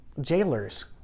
jailers